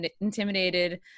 intimidated